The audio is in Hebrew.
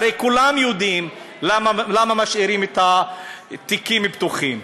הרי כולם יודעים למה משאירים את התיקים פתוחים,